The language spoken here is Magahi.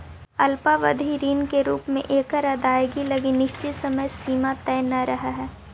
अल्पावधि ऋण के रूप में एकर अदायगी लगी निश्चित समय सीमा तय न रहऽ हइ